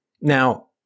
Now